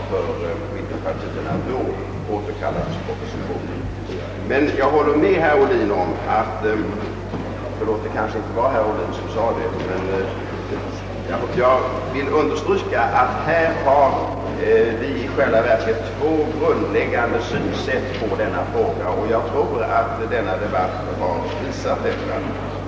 Regeringen väntade med att återkalla propositionen tills det stod fullständigt klart att vad de socialdemokratiska ledamöterna hade förklarat i utskottet inte var acceptabelt för mittenpartierna. Då återkallades propositionen. Jag vill understryka att vi i själva verket har två olika grundläggande synsätt i detta ämne — det har nog denna debatt visat.